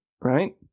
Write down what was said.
right